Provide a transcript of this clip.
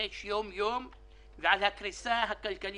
שמתרחש יום-יום ועל הקריסה הכלכלית,